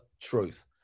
truth